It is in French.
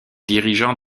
dirigeants